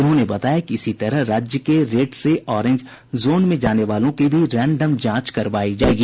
उन्होंने बताया कि इसी तरह राज्य के रेड से ऑरेंज जोन में जाने वालों की भी रेंडम जांच करवायी जायेगी